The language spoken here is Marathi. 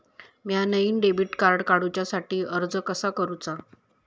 म्या नईन डेबिट कार्ड काडुच्या साठी अर्ज कसा करूचा?